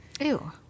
Ew